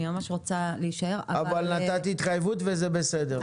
אני ממש רוצה להישאר --- נתת התחייבות וזה בסדר.